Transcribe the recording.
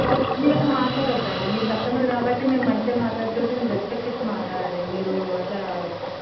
మీరు అలా మాట్లాడ వద్దండి మీరు కస్టమర్ కాబట్టి మేము మంచిగా మాట్లాడుతుంటే మీరు రెస్పెక్ట్ ఇచ్చి మాట్లాడాలి మీరు అట్లా